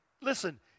listen